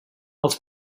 els